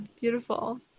beautiful